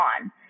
on